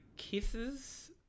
Kisses